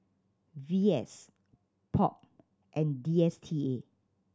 V S POP and D S T A